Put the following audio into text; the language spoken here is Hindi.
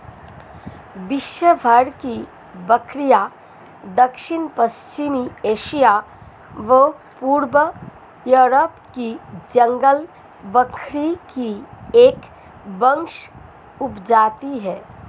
विश्वभर की बकरियाँ दक्षिण पश्चिमी एशिया व पूर्वी यूरोप की जंगली बकरी की एक वंशज उपजाति है